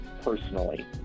personally